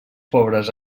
pobres